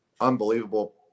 unbelievable